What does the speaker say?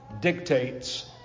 dictates